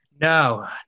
no